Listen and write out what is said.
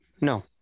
No